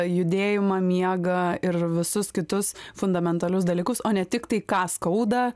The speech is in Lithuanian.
judėjimą miegą ir visus kitus fundamentalius dalykus o ne tik tai ką skauda